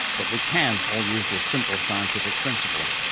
but we can all use this simple scientific principle.